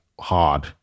hard